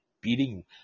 beating